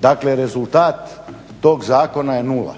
Dakle rezultat tog zakona je nula.